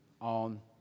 on